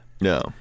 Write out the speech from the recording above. No